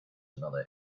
another